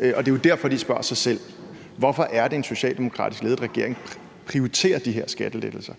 Det er jo derfor, de spørger sig selv: Hvorfor er det, at en socialdemokratisk ledet regering prioriterer de her skattelettelser?